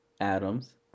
Adams